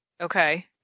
Okay